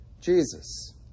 Jesus